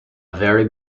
very